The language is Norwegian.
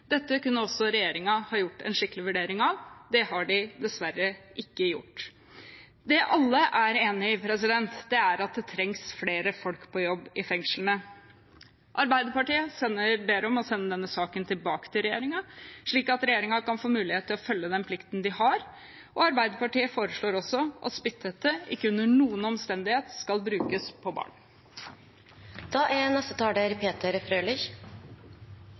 Dette kunne også regjeringen ha gjort en skikkelig vurdering av. Det har de dessverre ikke gjort. Det alle er enig i, er at det trengs flere folk på jobb i fengslene. Arbeiderpartiet ber om å sende denne saken tilbake til regjeringen, slik at regjeringen kan få mulighet til å følge den plikten de har. Arbeiderpartiet foreslår også at spytthette ikke under noen omstendighet skal brukes på barn. Dette er